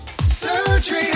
Surgery